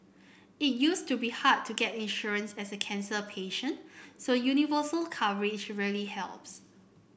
it used to be hard to get insurance as a cancer patient so universal coverage really helps